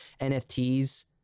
nfts